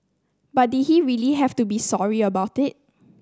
but did he really have to be sorry about it